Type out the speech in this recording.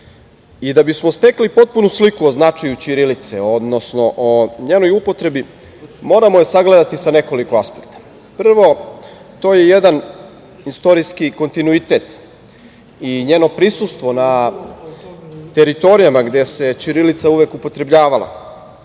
bismo stekli potpunu sliku o značaju ćirilice, odnosno o njenoj upotrebi moramo je sagledati sa nekoliko aspekta. Prvo, to je jedan istorijski kontinuitet i njeno prisustvo na teritorijama gde se ćirilica uvek upotrebljavala.